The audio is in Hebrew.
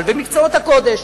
אבל במקצועות הקודש.